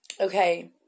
Okay